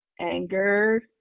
anger